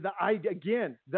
again